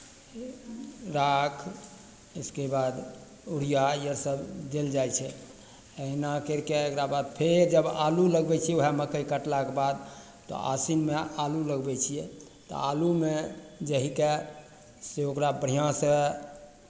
राख इसके बाद यूरिया ये सभ देल जाइ छै एहिना करि कऽ एकरा बाद फेर जब आलू लगबै छियै उएह मक्कइ कटलाके बाद तऽ आसिनमे आलू लगबै छियै तऽ आलूमे जाहिके से ओकरा बढ़िआँसँ